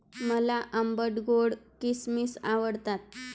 मला आंबट गोड किसमिस आवडतात